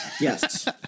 yes